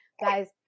Guys